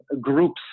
groups